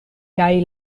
kaj